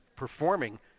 performing